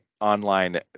online